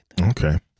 Okay